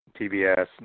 TBS